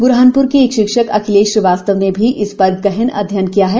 ब्रहानप्र के एक शिक्षक अखिलेश श्रीवास्तव ने भी इस पर गहन अध्ययन किया है